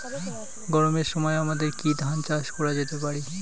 গরমের সময় আমাদের কি ধান চাষ করা যেতে পারি?